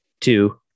two